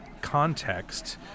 context